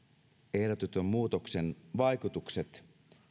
ehdotetun muutoksen vaikutukset